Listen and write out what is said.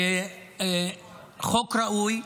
חוק ראוי,